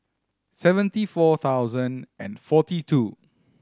seventy four thousand and forty two